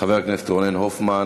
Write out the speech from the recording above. חבר הכנסת רונן הופמן.